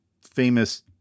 famous